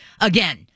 Again